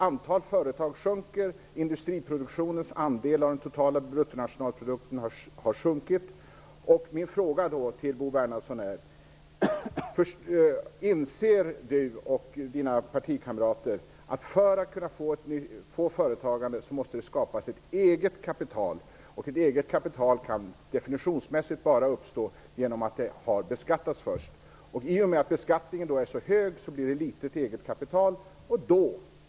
Antalet företag minskar, industriproduktionens andel av den totala bruttonationalprodukten har sjunkit. Min fråga till Bo Bernhardsson är: Inser Bo Bernhardsson och hans partikamrater att för att kunna få företagande måste det skapas ett eget kapital? Ett eget kapital kan definitionsmässigt bara uppstå genom att det har beskattats först. I och med att beskattningen är så hög får man ett litet eget kapital.